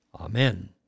Amen